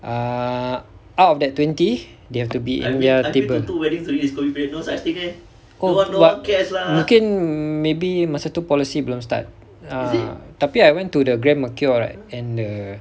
err out of that twenty they have to be in their table oh but mungkin maybe masa tu policy belum start ah tapi I went to the Grand Mercure right and err